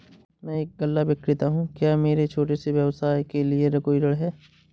मैं एक गल्ला विक्रेता हूँ क्या मेरे छोटे से व्यवसाय के लिए कोई ऋण है?